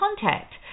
contact